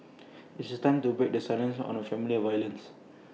IT is time to break the silence on family violence